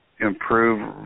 improve